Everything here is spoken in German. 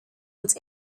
uns